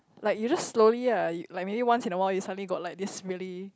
like you just slowly ah like maybe once in a while you suddenly got like this really